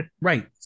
Right